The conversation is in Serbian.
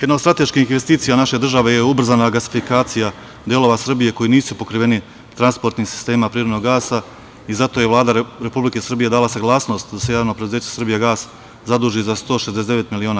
Jedna od strateških investicija naše države je ubrzana gasifikacija delova Srbije koji nisu pokriveni transportnim sistemima prirodnog gasa i zato je Vlada Republike Srbije dala saglasnost da se Javno preduzeće Srbijagas zaduži za 169 miliona.